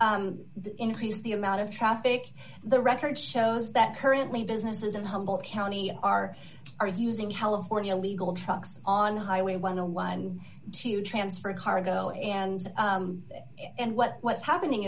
increase the amount of traffic the record shows that currently businesses in humble county are are using hello forty illegal trucks on highway one on one to transfer cargo and and what what's happening